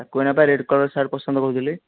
ତାକୁ ଏଇନେ ପରା ରେଡ୍ କଲର୍ ସାର୍ଟ୍ ପସନ୍ଦ କହୁଥିଲେ